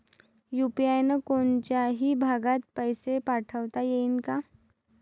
UPI न कोनच्याही भागात पैसे पाठवता येईन का?